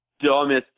dumbest